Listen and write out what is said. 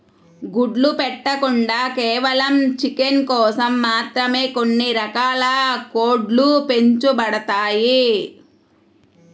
గుడ్లు పెట్టకుండా కేవలం చికెన్ కోసం మాత్రమే కొన్ని రకాల కోడ్లు పెంచబడతాయి